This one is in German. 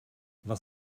was